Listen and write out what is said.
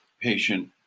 patient